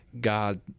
God